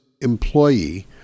employee